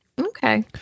okay